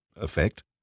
effect